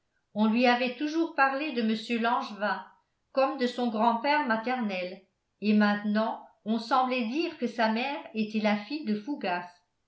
on lui avait toujours parlé de mr langevin comme de son grand-père maternel et maintenant on semblait dire que sa mère était la fille de fougas